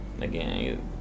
again